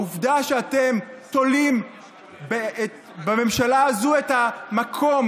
העובדה שאתם תולים בממשלה הזו את המקום